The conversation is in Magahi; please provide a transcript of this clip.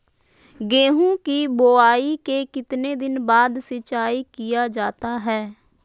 गेंहू की बोआई के कितने दिन बाद सिंचाई किया जाता है?